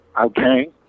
Okay